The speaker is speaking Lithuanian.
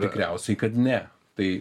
tikriausiai kad ne tai